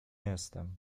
jestem